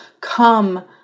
come